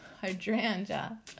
Hydrangea